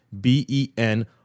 B-E-N